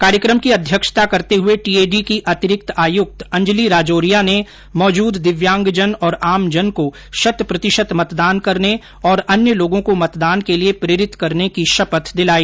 कार्यक्रम की अध्यक्षता करते हुए टीएडी की अतिरिक्त आयुक्त अंजलि राजौरिया ने मौजूद दिव्यांगजन और आमजन को शत प्रतिशत मतदान करने तथा अन्य लोगों को मतदान के लिये प्रेरिंत करने की शपथ दिलाई